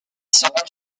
seront